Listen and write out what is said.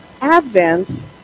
Advent